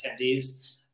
attendees